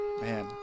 Man